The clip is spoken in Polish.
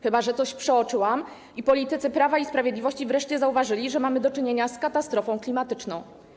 Chyba że coś przeoczyłam i politycy Prawa i Sprawiedliwości wreszcie zauważyli, że mamy do czynienia z katastrofą klimatyczną.